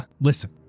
listen